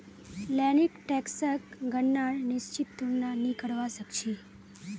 लेकिन टैक्सक गणनार निश्चित तुलना नी करवा सक छी